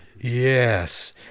Yes